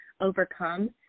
overcome